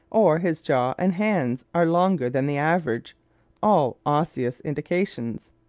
or his jaw and hands are longer than the average all osseous indications.